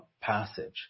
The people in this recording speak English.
passage